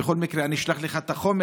בכל מקרה אשלח לך את החומר,